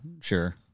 sure